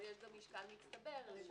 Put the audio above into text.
כשיש --- אבל יש גם משקל מצטבר --- ברור,